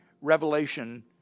Revelation